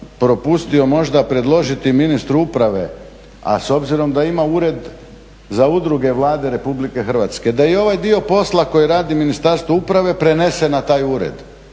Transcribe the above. propustio možda predložiti ministru uprave, a s obzirom da ima Ured za udruge Vlade RH da i ovaj dio posla koji radi Ministarstvo uprave prenese na taj ured.